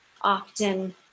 often